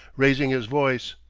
raising his voice.